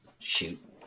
Shoot